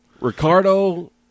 Ricardo